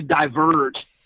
diverge